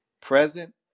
present